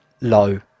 low